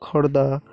Khordha